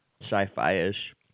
Sci-fi-ish